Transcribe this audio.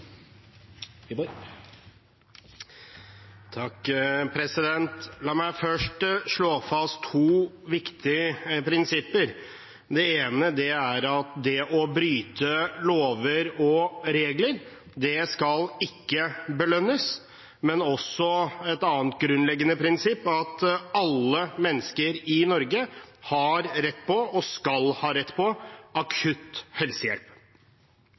La meg først slå fast to viktige prinsipper: Det ene er at det å bryte lover og regler ikke skal belønnes. Det andre grunnleggende prinsippet er at alle mennesker i Norge har rett på og skal ha rett på akutt helsehjelp.